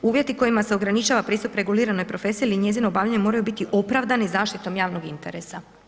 Uvjeti kojima se ograničava pristup reguliranoj profesiji ili njezino obavljanje moraju biti opravdani zaštitom javnog interesa.